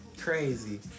Crazy